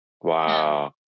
Wow